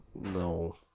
No